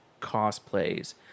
cosplays